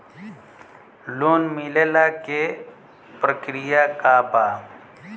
Loan मिलेला के प्रक्रिया का बा?